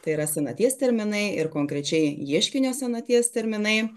tai yra senaties terminai ir konkrečiai ieškinio senaties terminai